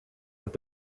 het